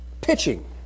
pitching